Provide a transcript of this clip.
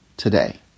Today